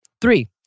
Three